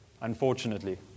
Unfortunately